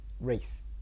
race